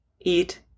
eat